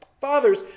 Fathers